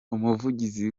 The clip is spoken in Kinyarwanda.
umuvugizi